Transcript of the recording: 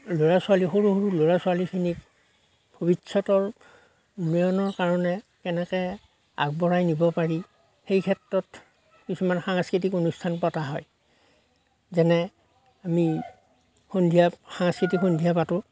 ল'ৰা ছোৱালী সৰু সৰু ল'ৰা ছোৱালীখিনিক ভৱিষ্যতৰ উন্নয়নৰ কাৰণে কেনেকৈ আগবঢ়াই নিব পাৰি সেই ক্ষেত্ৰত কিছুমান সাংস্কৃতিক অনুষ্ঠান পতা হয় যেনে আমি সন্ধিয়া সাংস্কৃতিক সন্ধিয়া পাতোঁ